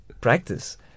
practice